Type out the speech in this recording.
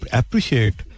appreciate